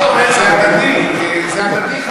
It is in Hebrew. זה הדדי.